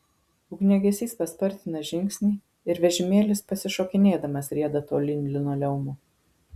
ugniagesys paspartina žingsnį ir vežimėlis pasišokinėdamas rieda tolyn linoleumu